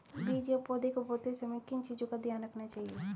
बीज या पौधे को बोते समय किन चीज़ों का ध्यान रखना चाहिए?